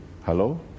Hello